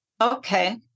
Okay